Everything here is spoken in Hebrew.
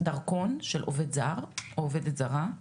דרכון של עובד זר, או עובדת זרה,